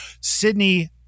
sydney